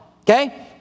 Okay